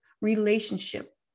relationship